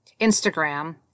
Instagram